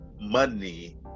money